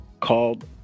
called